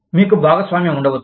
మీకు భాగస్వామ్యం ఉండవచ్చు